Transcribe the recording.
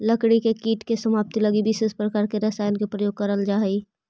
लकड़ी के कीट के समाप्ति लगी विशेष प्रकार के रसायन के प्रयोग कैल जा हइ